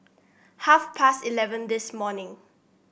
half past eleven this morning